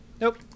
Nope